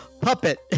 puppet